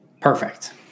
Perfect